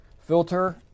filter